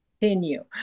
continue